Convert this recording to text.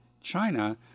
China